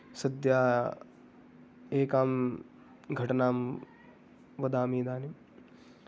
सद्यः एकां घटनां वदामि इदानीं